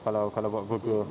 kalau kalau buat burger